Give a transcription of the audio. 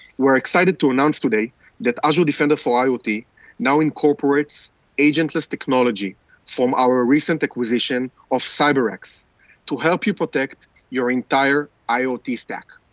we're excited to announce today that azure defender for iot now incorporates agentless technology from our recent acquisition of cyberx to help you protect your entire iot stack,